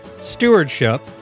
stewardship